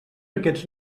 aquests